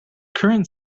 current